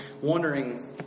wondering